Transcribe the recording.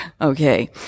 Okay